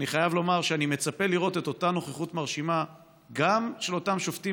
אני חייב לומר שאני מצפה לראות את אותה נוכחות מרשימה של אותם שופטים